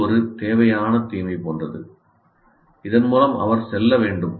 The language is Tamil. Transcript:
இது ஒரு தேவையான தீமை போன்றது இதன் மூலம் அவர் செல்ல வேண்டும்